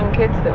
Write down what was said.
kids